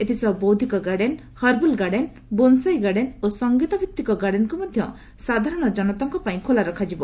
ଏଥିସହ ବୌଦ୍ଧିକ garden herbal garden bonsai garden ଓ ସଂଗୀତଭିତ୍ତିକ ଗାର୍ଡନ୍କୁ ମଧ୍ୟ ସାଧାରଣ ଜନତାଙ୍କ ପାଇଁ ଖୋଲା ରଖାଯିବ